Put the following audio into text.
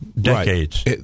decades